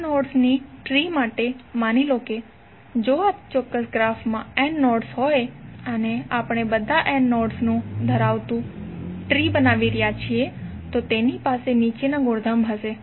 n nodes ની tree માટે માની લો કે જો કોઈ ચોક્કસ ગ્રાફમાં n નોડ્સ હોય અને આપણે બધા n નોડ્સ ધરાવતું ટ્રી બનાવી રહ્યા છીએ તો તેની પાસે નીચેના ગુણધર્મ હશે